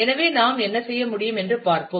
எனவே நாம் என்ன செய்ய முடியும் என்று பார்ப்போம்